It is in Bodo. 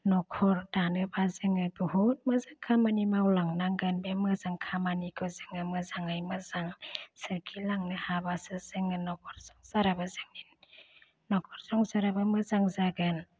नखर दानोबा जोङो बुहुत मोजां खामानि मावलांनांगोन बे मोजां खामानिखौ जोङो मोजाङै मोजां सोरखिलांनो हाबासो जोङो जोंनि नखर संसाराबो जोंनि नखर संसारोबो मोजां जागोन